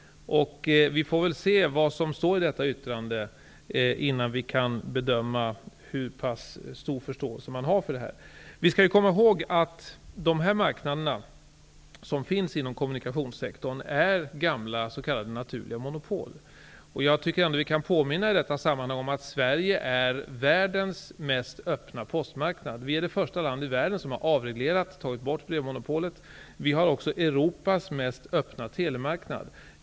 Vi får väl se vad som står i detta yttrande innan vi kan bedöma hur pass stor förståelse man har för detta. Vi skall komma ihåg att de marknader som finns inom kommunikationssektorn är gamla s.k. naturliga monopol. Jag tycker att vi i detta sammanhang kan påminna om att Sverige har världens mest öppna postmarknad. Vi är det första land i världen som avreglerat och tagit bort brevmonopolet. Vi har också Europas mest öppna telemarknad.